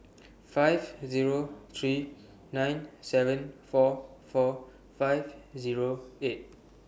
five Zero three nine seven four four five Zero eight